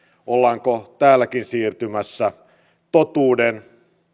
ollaanko täälläkin siirtymässä totuuden